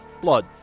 blood